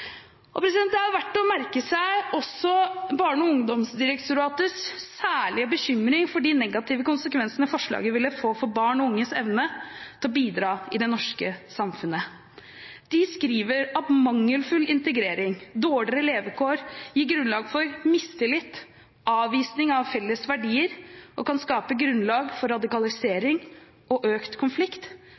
Det er også verdt å merke seg Barne-, ungdoms- og familiedirektoratets særlige bekymring for de negative konsekvensene forslaget vil ha for barn og unges evne til å bidra i det norske samfunnet. De skriver at mangelfull integrering og dårligere levekår gir grunnlag for mistillit og avvisning av felles verdier og kan skape grunnlag for radikalisering og økt konflikt.